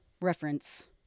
reference